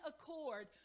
accord